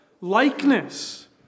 likeness